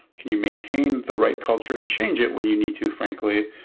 can you maintain the right culture and change it when you need to, frankly,